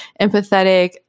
empathetic